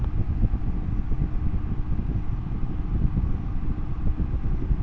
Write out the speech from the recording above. কোন ধরণের জৈব সার প্রয়োজন?